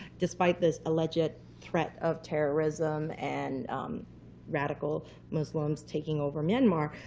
despite this alleged threat of terrorism and radical muslims taking over myanmar,